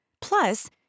Plus